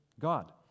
God